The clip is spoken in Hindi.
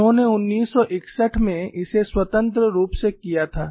उन्होंने 1961 में इसे स्वतंत्र रूप से किया था